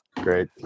Great